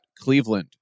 Cleveland